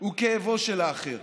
הוא כאבו של האחר.